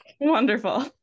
wonderful